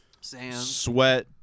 sweat